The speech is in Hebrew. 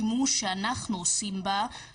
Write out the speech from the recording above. ובשאיפה גם המהיר ביותר,